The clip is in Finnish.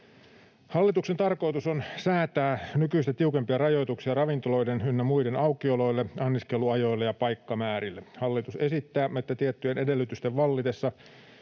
Hallituksen tarkoitus on säätää nykyistä tiukempia rajoituksia ravintoloiden ynnä muiden aukioloille, anniskeluajoille ja paikkamäärille. Hallitus esittää, että tiettyjen edellytysten vallitessa